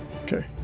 Okay